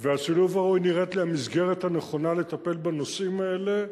ו"השילוב הראוי" נראית לי המסגרת הנכונה לטפל בנושאים האלה.